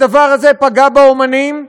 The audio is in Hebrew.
הדבר הזה פגע באמנים,